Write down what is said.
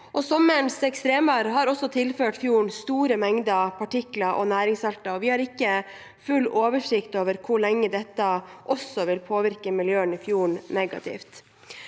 Sommerens ekstremvær har også tilført fjorden store mengder partikler og næringssalter. Vi har ikke full oversikt over hvor lenge dette også vil påvirke miljøet i fjorden negativt.